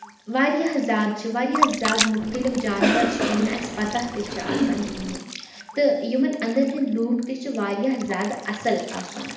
واریاہ زیادٕ چھِ واریاہ زیادٕ مُختلِف جانوَر چھِ یِم نہٕ اَسہِ پَتاہ تہِ چھِ آسان کِہیٖنٛۍ تہٕ یِمَن اَنٛدَن ہٕنٛدۍ لوٗکھ تہِ چھِ واریاہ زیادٕ اَصٕل آسان